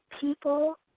people